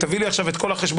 תביא לי עכשיו את כל החשבונות,